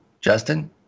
Justin